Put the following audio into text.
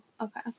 Okay